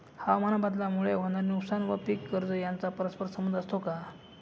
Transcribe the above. हवामानबदलामुळे होणारे नुकसान व पीक कर्ज यांचा परस्पर संबंध असतो का?